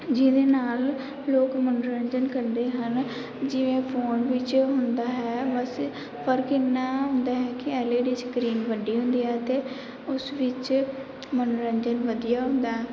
ਜਿਹਦੇ ਨਾਲ਼ ਲੋਕ ਮਨੋਰੰਜਨ ਕਰਦੇ ਹਨ ਜਿਵੇਂ ਫ਼ੋਨ ਵਿੱਚ ਹੁੰਦਾ ਹੈ ਬਸ ਫ਼ਰਕ ਇੰਨਾ ਹੁੰਦਾ ਹੈ ਕਿ ਐਲ ਈ ਡੀ ਸਕਰੀਨ ਵੱਡੀ ਹੁੰਦੀ ਹੈ ਅਤੇ ਉਸ ਵਿੱਚ ਮਨੋਰੰਜਨ ਵਧੀਆ ਹੁੰਦਾ ਹੈ